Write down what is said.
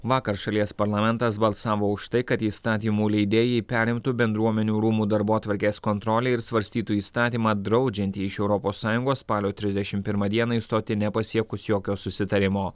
vakar šalies parlamentas balsavo už tai kad įstatymų leidėjai perimtų bendruomenių rūmų darbotvarkės kontrolę ir svarstytų įstatymą draudžiantį iš europos sąjungos spalio trisdešimt pirmą dieną išstoti nepasiekus jokio susitarimo